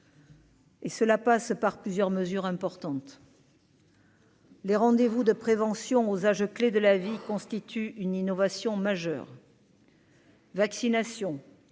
Et cela passe par plusieurs mesures importantes. Les rendez-vous de prévention aux âges clés de la vie constitue une innovation majeure. Vaccination